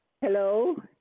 Hello